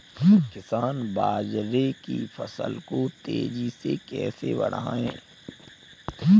किसान बाजरे की फसल को तेजी से कैसे बढ़ाएँ?